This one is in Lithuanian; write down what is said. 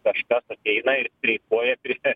kažkas ateina ir streikuoja prie